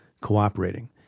cooperating